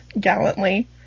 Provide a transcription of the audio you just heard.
gallantly